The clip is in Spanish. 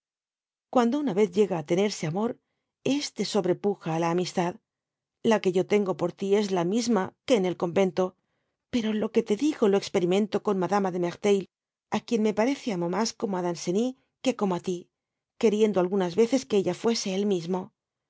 guando una vez llega á tenerse amor este sobrepuja á la amistad la que yo tengo por ti es la misma que en el convento pero lo que te digo lo experimento con madama demerteuil á quien me parece amo mas como á danceny que como á ti queriendo algunas veces que ella fuese él mismo